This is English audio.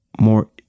more